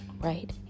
right